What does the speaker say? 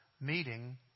meeting